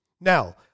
Now